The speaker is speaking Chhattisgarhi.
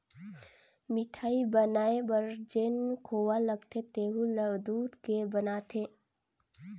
मिठाई बनाये बर जेन खोवा लगथे तेहु ल दूद के बनाथे